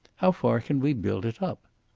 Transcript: how far can we build it up?